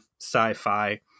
sci-fi